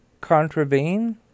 Contravene